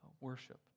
worship